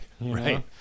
Right